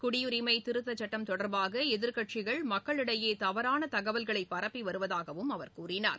குடியுரிமை திருத்தச்சுட்டம் தொடர்பாக எதிர்க்கட்சிகள் மக்களிடையே தவறான தகவல்களை பரப்பி வருவதாகவும் அவர் கூறினார்